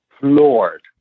floored